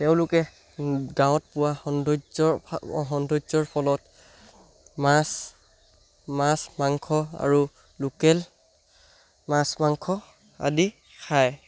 তেওঁলোকে গাঁৱত পোৱা সৌন্দৰ্যৰ সৌন্দৰ্যৰ ফলত মাছ মাছ মাংস আৰু লোকেল মাছ মাংস আদি খায়